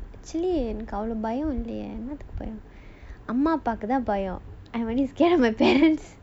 actually பயமில்லையே என்னத்துக்கு பயம் அம்மா அப்பாக்குதான் பயம்:bayamillayae ennathukku bayam amma appakuthaan bayam